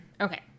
Okay